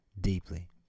deeply